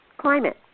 climate